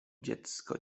dziecko